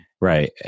right